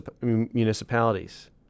municipalities